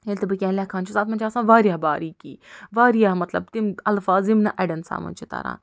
ییٚلہِ تہِ بہٕ کیٚنٛہہ لٮ۪کھان چھَس اتھ منٛز چھِ آسان وارِیاہ باریٖکی وارِیاہ مطلب تِم الفاظ یِم نہٕ اڑٮ۪ن سمجھ چھُ تَران